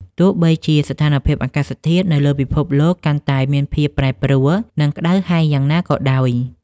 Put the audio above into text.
ទោះបីជាស្ថានភាពអាកាសធាតុនៅលើពិភពលោកកាន់តែមានភាពប្រែប្រួល និងក្តៅហែងយ៉ាងណាក៏ដោយ។